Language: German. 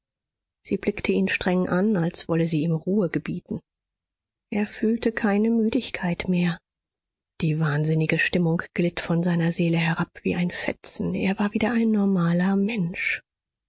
sie blickte ihn streng an als wollte sie ihm ruhe gebieten er fühlte keine müdigkeit mehr die wahnsinnige stimmung glitt von seiner seele herab wie ein fetzen er war wieder ein normaler mensch